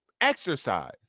exercise